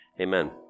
amen